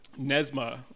Nesma